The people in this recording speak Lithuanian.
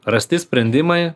rasti sprendimai